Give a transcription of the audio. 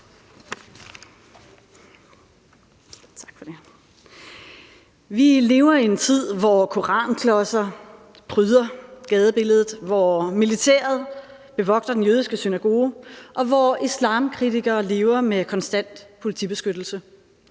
Vi lever i en tid, hvor koranklodser pryder gadebilledet, hvor militæret bevogter den jødiske synagoge, og hvor islamkritikere lever med konstant politibeskyttelse,